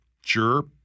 sure